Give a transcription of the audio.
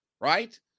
right